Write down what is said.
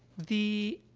the